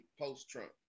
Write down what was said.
post-Trump